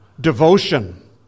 devotion